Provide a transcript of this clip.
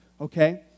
okay